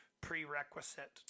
prerequisite